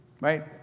Right